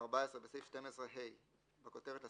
(14)בסעיף 12ה בכותרת לסעיף,